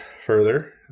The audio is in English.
further